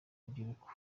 urubyiruko